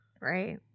right